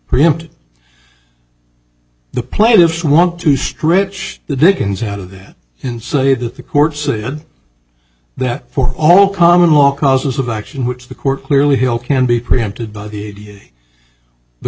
preempt the plaintiffs want to stretch the dickens out of that and say that the court said that for all common law causes of action which the court clearly hill can be preempted by the